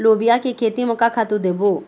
लोबिया के खेती म का खातू देबो?